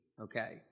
Okay